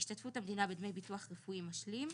השתתפות המדינה בדמי ביטוח רפואי משלים,